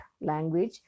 language